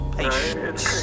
patience